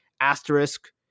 asterisk